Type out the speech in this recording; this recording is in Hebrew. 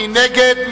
מי נגד?